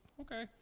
okay